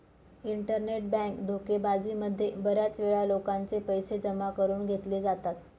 internet bank धोकेबाजी मध्ये बऱ्याच वेळा लोकांचे पैसे जमा करून घेतले जातात